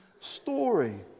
story